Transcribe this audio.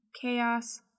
chaos